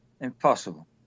impossible